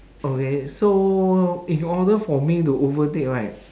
okay so in order for me to overtake right